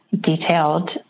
detailed